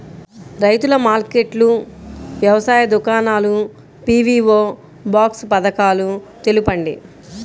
రైతుల మార్కెట్లు, వ్యవసాయ దుకాణాలు, పీ.వీ.ఓ బాక్స్ పథకాలు తెలుపండి?